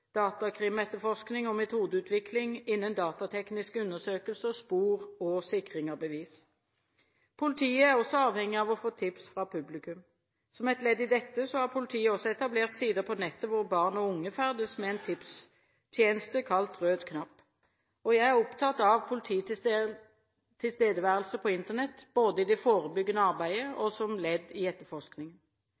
datakrimetterforskning og metodeutvikling innen datatekniske undersøkelser, sporing og sikring av bevis. Politiet er også avhengig av å få tips fra publikum. Som et ledd i dette har politiet etablert sider på nettet hvor barn og unge ferdes, med en tipstjeneste kalt «Rød knapp». Jeg er opptatt av polititilstedeværelse på Internett, både i det forebyggende arbeidet og som ledd i etterforskningen.